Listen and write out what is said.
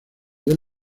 del